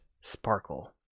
sparkle